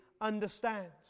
understands